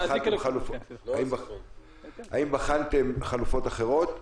האם בחנתם חלופות אחרות?